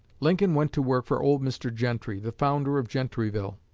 lincoln went to work for old mr. gentry, the founder of gentryville.